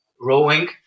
rowing